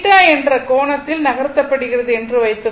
θ என்ற கோணத்தில் நகர்த்தப்படுகிறது என்று வைத்துக்கொள்வோம்